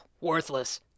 Worthless